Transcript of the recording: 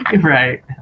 Right